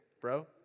bro